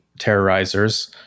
terrorizers